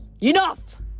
Enough